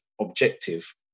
objective